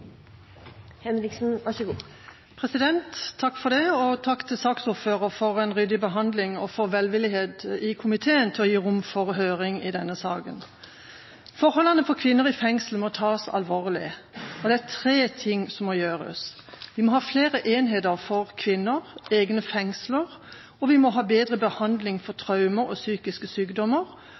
for velvillighet i komiteen til å gi rom for høring i denne saken. Forholdene for kvinner i fengsel må tas alvorlig, og det er tre ting som må gjøres: Vi må ha flere enheter for kvinner, egne fengsler, vi må ha bedre behandling for traumer og psykiske sykdommer,